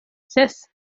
ses